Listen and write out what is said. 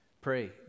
pray